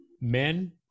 men